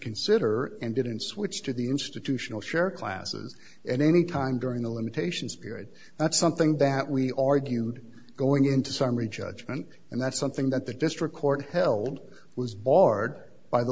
consider and didn't switch to the institutional share classes and any time during the limitations period that's something that we argued going into summary judgment and that's something that the district court held was barred by the